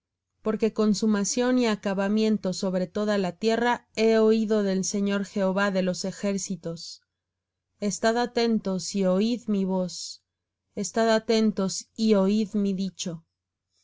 porque consumación y acabamiento sobre toda la tierra he oído del señor jehová de los ejércitos estad atentos y oid mi voz estad atentos y oid mi dicho